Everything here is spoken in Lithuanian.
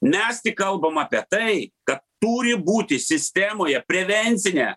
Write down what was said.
mes tik kalbam apie tai kad turi būti sistemoje prevencinė